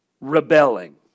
rebelling